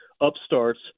upstarts